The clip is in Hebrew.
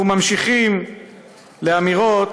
אנחנו ממשיכים לאמירות